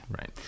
Right